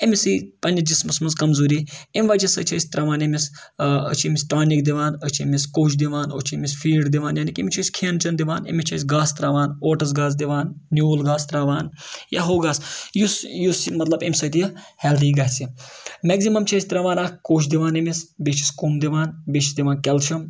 أمِس یی پنٛنِس جِسمَس منٛز کمزوٗری امہِ وجہ سۭتۍ چھِ أسۍ ترٛاوان أمِس أسۍ چھِ أمِس ٹانِک دِوان أسۍ چھِ أمِس کوٚش دِوان أسۍ چھِ أمِس فیٖڈ دِوان یعنے کہِ أمِس چھِ أسۍ کھٮ۪ن چٮ۪ن دِوان أمِس چھِ أسۍ گاسہٕ ترٛاوان اوٹٕس گاسہٕ دِوان نیوٗل گاسہٕ ترٛاوان یا ہۄکھ گاسہٕ یُس یُس یہِ مطلب امہِ سۭتۍ یہِ ہٮ۪لدی گژھِ مٮ۪کزِمَم چھِ أسۍ ترٛاوان اَکھ کوٚش دِوان أمِس بیٚیہِ چھِس کوٚم دِوان بیٚیہِ چھِس دِوان کٮ۪لشَم